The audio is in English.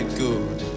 good